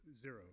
zero